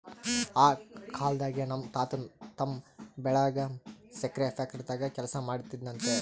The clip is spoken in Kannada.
ಆ ಕಾಲ್ದಾಗೆ ನಮ್ ತಾತನ್ ತಮ್ಮ ಬೆಳಗಾಂ ಸಕ್ರೆ ಫ್ಯಾಕ್ಟರಾಗ ಕೆಲಸ ಮಾಡ್ತಿದ್ನಂತೆ